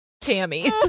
Tammy